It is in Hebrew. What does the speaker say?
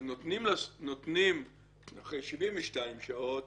נותנים אחרי 72 שעות